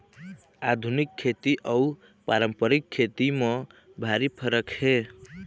आधुनिक खेती अउ पारंपरिक खेती म भारी फरक हे